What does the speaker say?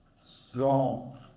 strong